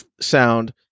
sound